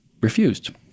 refused